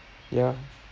ya